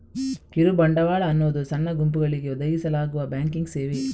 ಕಿರು ಬಂಡವಾಳ ಅನ್ನುದು ಸಣ್ಣ ಗುಂಪುಗಳಿಗೆ ಒದಗಿಸಲಾಗುವ ಬ್ಯಾಂಕಿಂಗ್ ಸೇವೆ